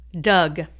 Doug